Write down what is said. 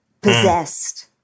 Possessed